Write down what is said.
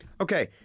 okay